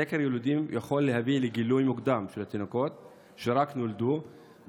סקר יילודים יכול להביא לגילוי מוקדם אצל התינוקות שרק נולדו,